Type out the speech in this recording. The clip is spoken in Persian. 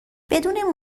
بدون